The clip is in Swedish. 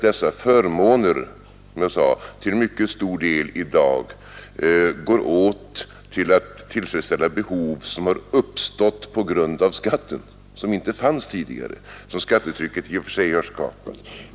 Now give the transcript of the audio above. Dessa förmåner går, som jag sade, i dag till mycket stor del åt till att tillfredsställa behov som har uppstått på grund av skatten, behov som inte fanns tidigare utan som skattetrycket har skapat.